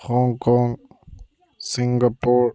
Hong Kong Singapore